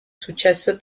successo